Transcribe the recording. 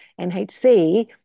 NHC